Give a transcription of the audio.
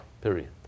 Period